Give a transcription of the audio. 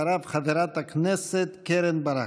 אחריו, חברת הכנסת קרן ברק.